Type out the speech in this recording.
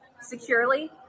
securely